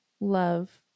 love